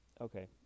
Okay